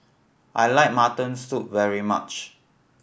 I like mutton soup very much